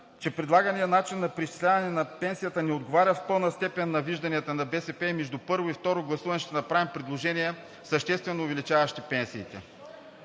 че предлаганият начин на преизчисляване на пенсията не отговаря в пълна степен на вижданията на БСП и между първо и второ гласуване ще направим предложения, съществено увеличаващи пенсиите.